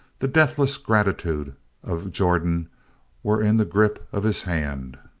the deathless gratitude of jordan were in the grip of his hand.